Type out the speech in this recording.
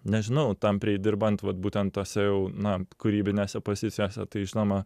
nežinau tampriai dirbant vat būtent tose jau na kūrybinėse pozicijose tai žinoma